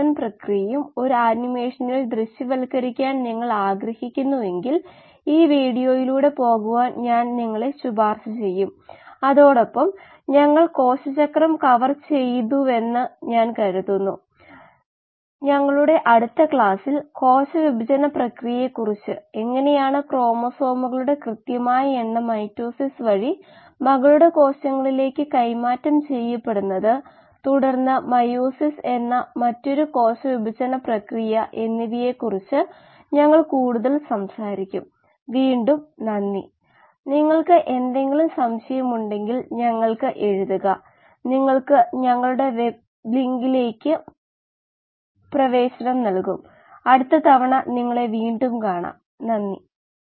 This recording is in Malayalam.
വാസ്തവത്തിൽ ബയോറിയാക്ടർ വിശകലനത്തിൽ ഈ മോഡ്യൂൾ നമ്മൾ പൂർത്തിയാക്കിയിരിക്കുന്നു നമ്മൾ ബാച്ച് ബയോറിയാക്ടർ ആദ്യം കണ്ടു അവ വിശകലനം ചെയ്തു ചില ഉപയോഗപ്രദമായ കണക്കാകൽ ലഭിക്കുന്നതിന് ബാച്ച് ബയോറിയാക്ടർ വിശകലനം ചെയ്തു തുടർന്ന് നമ്മൾ തുടർച്ചയായ പ്രവർത്തനം നോക്കി ദയവായി തന്നിരിക്കുന്ന പ്രശ്നം ചെയ്യുക ഒടുവിൽ ഫെഡ് ബാച്ച് പ്രവർത്തനം എങ്ങനെ കൈകാര്യം ചെയ്യാം എന്ന് നമ്മൾ ഹ്രസ്വമായി നോക്കി